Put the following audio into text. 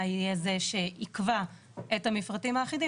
יהיה זה שיקבע את המפרטים האחידים,